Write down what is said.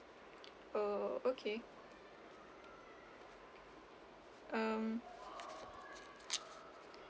oh okay um